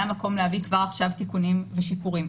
מקום להביא כבר עכשיו תיקונים ושיפורים.